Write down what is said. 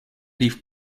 leave